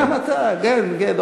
גם אתה, כן, כן.